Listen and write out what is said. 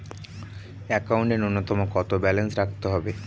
একাউন্টে নূন্যতম কত ব্যালেন্স রাখতে হবে?